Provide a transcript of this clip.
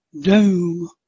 doom